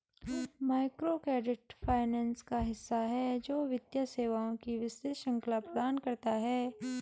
microcredit finance का हिस्सा है, जो वित्तीय सेवाओं की विस्तृत श्रृंखला प्रदान करता है